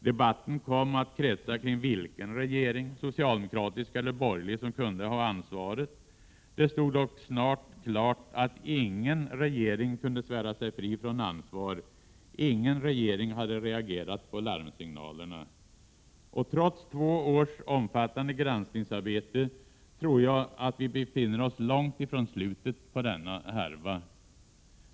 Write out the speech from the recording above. Debatten kom att kretsa kring vilken regering — socialdemokratisk eller borgerlig — som kunde ha ansvaret. Det stod dock snart klart att ingen regering kunde svära sig fri från ansvar. Ingen regering hade reagerat på larmsignalerna. Trots två års omfattande granskningsarbete tror jag att vi befinner oss långt från slutet på denna härva.